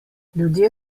ljudje